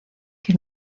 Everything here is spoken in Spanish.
que